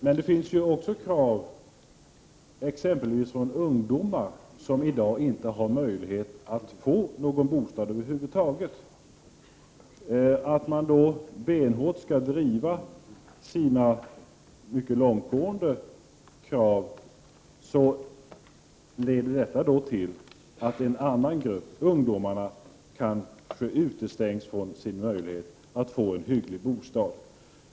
Men det finns också krav från t.ex. ungdomar, som i dag inte har möjlighet att få någon bostad över huvud taget. Att man i det läget benhårt driver dessa mycket långtgående krav leder till att en annan grupp, ungdomarna, kanske utestängs från möjligheten att få en hygglig bostad.